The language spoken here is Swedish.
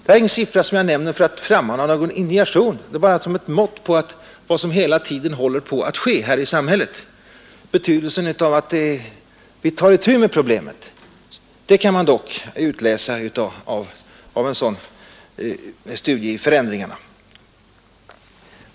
Det är ingen siffra som jag nämner för att frammana indignation; den är bara ett mått på vad som hela tiden håller på att ske här i samhället. Och betydelsen av att vi tar itu med problemet kan man dock utläsa av en sådan studie i förändringarna.